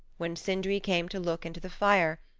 when sindri came to look into the fire,